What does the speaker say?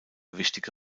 wichtige